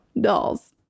dolls